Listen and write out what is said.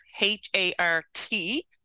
H-A-R-T